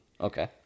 Okay